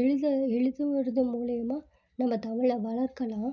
எழுத எழுதுறது மூலயமா நம்ம தமிழை வளர்க்கலாம்